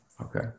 Okay